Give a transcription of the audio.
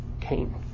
Cain